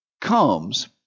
comes